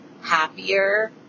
happier